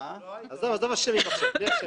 עזוב אשמים עכשיו...